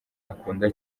akunda